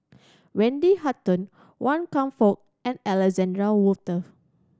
Wendy Hutton Wan Kam Fook and Alexander Wolters